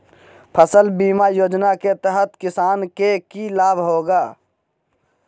फसल बीमा योजना के तहत किसान के की लाभ होगा?